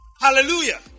Hallelujah